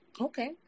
Okay